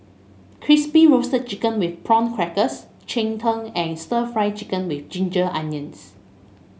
Crispy Roasted Chicken with Prawn Crackers Cheng Tng and stir Fry Chicken with Ginger Onions